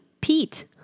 Pete